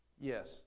Yes